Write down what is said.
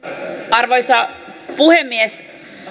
arvoisa puhemies